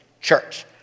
church